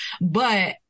But-